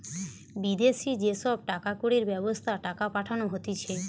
বিদেশি যে সব টাকা কড়ির ব্যবস্থা টাকা পাঠানো হতিছে